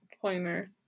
pointer